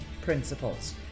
principles